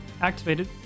activated